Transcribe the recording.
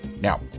Now